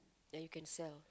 then you can sell